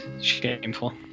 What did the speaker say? Shameful